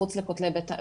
מחוץ לכתלי בית המשפט,